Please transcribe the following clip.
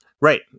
Right